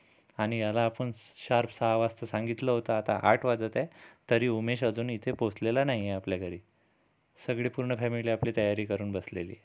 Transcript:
आणि याला आपण स शार्प सहा वाजता सांगितलं होतं आता आठ वाजत आहे तरी उमेश अजून इथे पोचलेला नाहीये आपल्या घरी सगळी पूर्ण फॅमिली आपली तयारी करून बसलेली